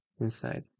inside